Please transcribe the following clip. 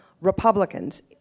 Republicans